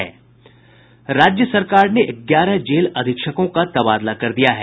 राज्य सरकार ने ग्यारह जेल अधीक्षकों का तबादला कर दिया है